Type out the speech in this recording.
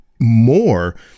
more